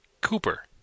Cooper